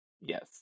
Yes